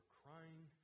crying